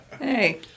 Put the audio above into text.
Hey